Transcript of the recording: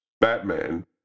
Batman